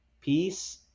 peace